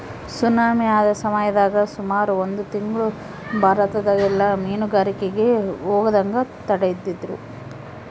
tsunami ಆದ ಸಮಯದಾಗ ಸುಮಾರು ಒಂದು ತಿಂಗ್ಳು ಭಾರತದಗೆಲ್ಲ ಮೀನುಗಾರಿಕೆಗೆ ಹೋಗದಂಗ ತಡೆದಿದ್ರು